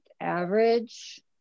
average